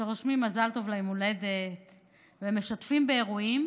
שרושמים מזל טוב ליום ההולדת ומשתפים באירועים,